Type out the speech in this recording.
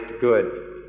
good